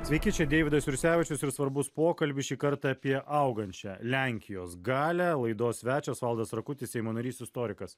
sveiki čia deividas jursevičius ir svarbus pokalbis šį kartą apie augančią lenkijos galią laidos svečias valdas rakutis seimo narys istorikas